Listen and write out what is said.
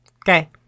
Okay